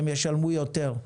הם ישלמו יותר.